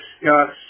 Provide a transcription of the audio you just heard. discuss